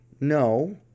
No